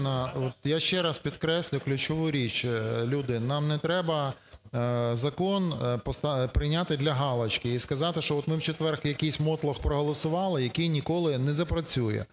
я ще раз підкреслив ключову річ. Люди, нам треба закон прийняти для галочки і сказати, що от ми в четвер якийсь мотлох проголосували, який ніколи не запрацює.